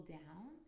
down